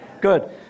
Good